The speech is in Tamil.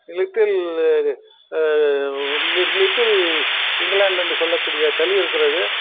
லிட்டில் இது லி லிட்டில் இங்கிலாண்ட் என்று சொல்லக்கூடிய தளி இருக்கிறது